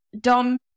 Dom